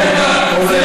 סותר.